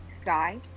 Sky